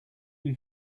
you